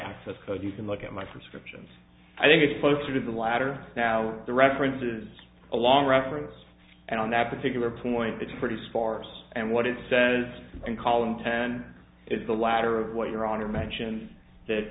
access code you can look at my prescriptions i think it's closer to the latter now the references along reference and on that particular point it's pretty sparse and what it says in column ten is the latter of what your honor mention that